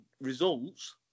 results